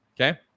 Okay